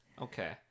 okay